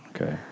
Okay